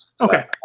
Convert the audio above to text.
Okay